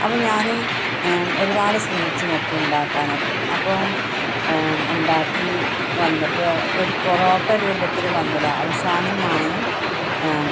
അപ്പം ഞാൻ ഒരുപാട് ശ്രമിച്ചുനോക്കി ഉണ്ടാക്കാനൊക്കെ അപ്പോൾ ഉണ്ടാക്കി വന്നപ്പോൾ ഒരു പൊറോട്ട രൂപത്തിൽ വന്നില്ല അവസാനം ഞാൻ